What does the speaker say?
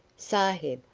sahib,